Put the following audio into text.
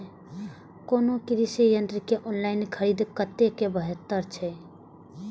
कोनो कृषि यंत्र के ऑनलाइन खरीद कतेक बेहतर छै?